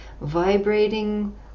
vibrating